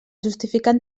justificant